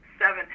seven